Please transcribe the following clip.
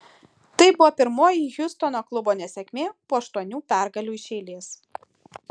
tai buvo pirmoji hjustono klubo nesėkmė po aštuonių pergalių iš eilės